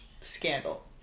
Scandal